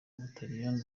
ubutaliyano